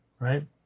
Right